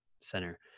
center